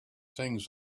things